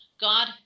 God